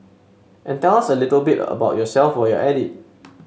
and tell us a little bit about yourself while you're at it